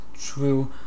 True